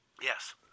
Yes